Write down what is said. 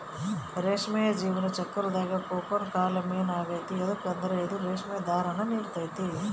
ರೇಷ್ಮೆಯ ಜೀವನ ಚಕ್ರುದಾಗ ಕೋಕೂನ್ ಕಾಲ ಮೇನ್ ಆಗೆತೆ ಯದುಕಂದ್ರ ಇದು ರೇಷ್ಮೆ ದಾರಾನ ನೀಡ್ತತೆ